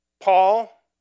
Paul